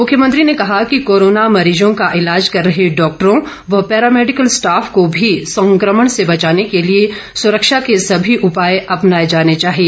मुख्यमंत्री ने कहा कि कोरोना मरीजों का ईलाज कर रहे डॉक्टरों व पैरामैडिकल स्टॉफ को भी संक्रमण से बचाने के लिए सुरक्षा के सभी उपाए अपनाए जाने चाहिए